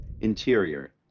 Interior